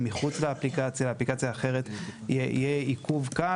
מחוץ לאפליקציה או באמצעות אפליקציה אחרת יהיה עיכוב קל.